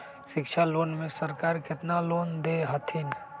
शिक्षा लोन में सरकार केतना लोन दे हथिन?